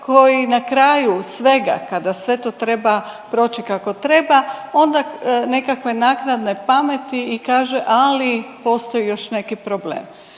koji na kraju svega kada sve to treba proći kako treba onda nekakve naknadne pameti i kaže ali postoji još neki problem.